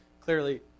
clearly